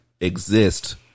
exist